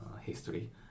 history